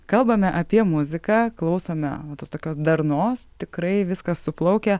kalbame apie muziką klausome o tos tokios darnos tikrai viskas suplaukia